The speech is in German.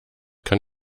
kann